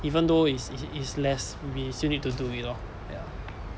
even though is is is less we still need to do it orh ya